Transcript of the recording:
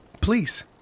Please